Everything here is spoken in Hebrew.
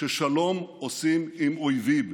ששלום עושים עם אויבים.